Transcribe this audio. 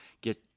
Get